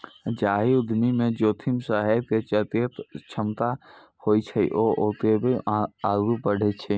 जाहि उद्यमी मे जोखिम सहै के जतेक क्षमता होइ छै, ओ ओतबे आगू बढ़ै छै